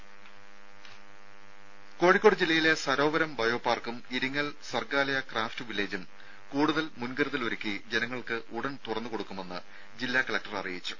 രുര കോഴിക്കോട് ജില്ലയിലെ സരോവരം ബയോപാർക്കും ഇരിങ്ങൽ സർഗ്ഗാലയ ക്രാഫ്റ്റ് വില്ലേജും കൂടുതൽ മുൻകരുതൽ ഒരുക്കി പൊതുജനങ്ങൾക്ക് ഉടൻ തുറന്ന് കൊടുക്കുമെന്ന് ജില്ലാ കലക്ടർ അറിയിച്ചു